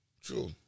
True